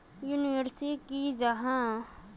Insurance की जाहा?